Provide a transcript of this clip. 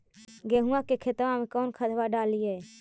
गेहुआ के खेतवा में कौन खदबा डालिए?